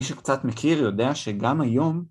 מי שקצת מכיר יודע שגם היום...